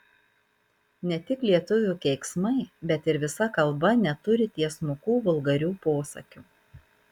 ne tik lietuvių keiksmai bet ir visa kalba neturi tiesmukų vulgarių posakių